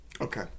okay